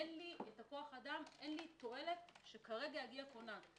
אין לי כוח האדם, אין לי תועלת שכרגע יגיע כונן.